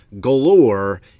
galore